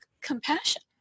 compassion